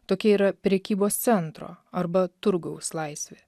tokia yra prekybos centro arba turgaus laisvė